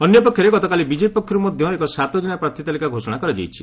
ଅନ୍ୟପକ୍ଷରେ ଗତକାଲି ବିଜେପି ପକ୍ଷରୁ ମଧ୍ୟ ଏକ ସାତଜଣିଆ ପ୍ରାର୍ଥୀ ତାଲିକା ଘୋଷଣା କରାଯାଇଛି